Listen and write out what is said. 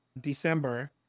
December